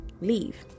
leave